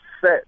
set